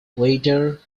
waiter